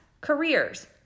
careers